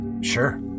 Sure